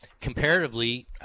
comparatively